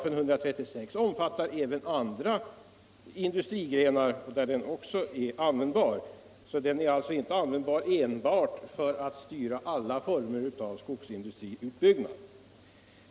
136 § omfattar även andra industrigrenar, och denna möjlighet är alltså inte användbar enbart för att styra alla former av skogsindustriutbyggnad.